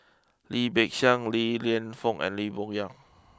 Lim Peng Siang Li Lienfung and Lim Bo Yam